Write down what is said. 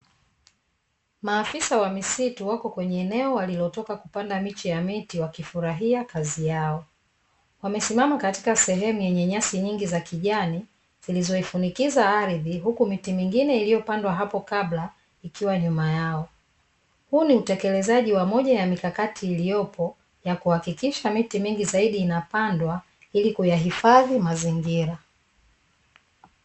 Maafisa wa misitu wako kwenye eneo walilotoka kupanda miche ya miti, wakifurahia kazi yao. Wamesimama katika sehemu yenye nyasi nyingi za kijani, zilizoifunikiza ardhi, huku miti mingine iliyopandwa hapo kabla ikiwa nyuma yao. Huu ni utekelezaji wa moja ya mikakati iliyopo ya kuhakikisha miti mingi zaid inapandwa ili kuyahifadhi mazingira.